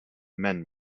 men